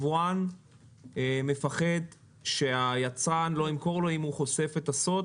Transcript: היבואן מפחד שהיצרן לא ימכור לו אם הוא חושף את הסוד?